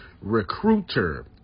recruiter